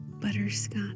butterscotch